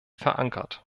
verankert